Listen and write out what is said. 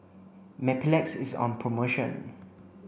Mepilex is on promotion